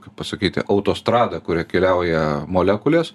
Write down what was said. kaip pasakyti autostrada kuria keliauja molekulės